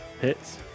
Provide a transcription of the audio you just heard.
Hits